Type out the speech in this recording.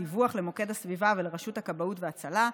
דיווח למוקד הסביבה ולרשות הכבאות וההצלה.